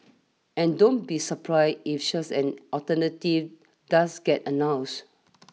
and don't be surprised if such an alternative does get announced